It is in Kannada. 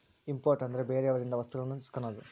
ಇಂಪೋರ್ಟ್ ಅಂದ್ರೆ ಬೇರೆಯವರಿಂದ ವಸ್ತುಗಳನ್ನು ಇಸ್ಕನದು